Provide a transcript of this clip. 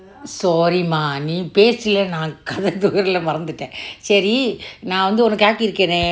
sorry mah நீ பேசினீ நா கதை தூர்லே மறந்துட்டேன் செறி ந உன்னக்கு ஆகிரேக்கேனே:ni pecine na katai turle marantutten ceri na unnakku akirekkene